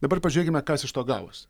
dabar pažiūrėkime kas iš to gavosi